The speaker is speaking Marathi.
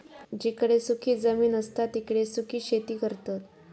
जिकडे सुखी जमीन असता तिकडे सुखी शेती करतत